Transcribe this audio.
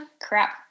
crap